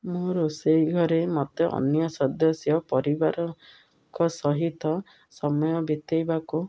ମୁଁ ରୋଷେଇ ଘରେ ମୋତେ ଅନ୍ୟ ସଦସ୍ୟ ପରିବାରଙ୍କ ସହିତ ସମୟ ବିତାଇବାକୁ